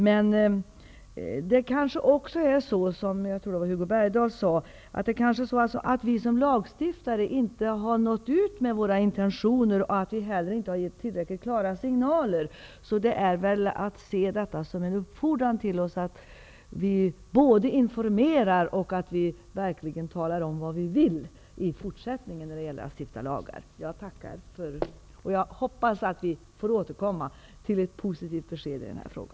Men det är kanske också så, som jag tror att Hugo Bergdahl sade, att vi som lagstiftare inte har nått ut med våra intentioner och inte heller har gett tillräckligt klara signaler. Vi får väl se detta som en uppfordran till oss att verkligen tala om vad vi vill när vi i fortsättningen stiftar lagar. Jag tackar för svaret och hoppas att få återkomma efter ett positivt besked i denna fråga.